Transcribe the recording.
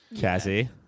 Cassie